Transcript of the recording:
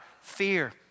fear